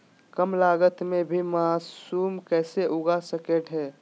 कम लगत मे भी मासूम कैसे उगा स्केट है?